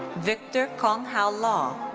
victor cong hao law.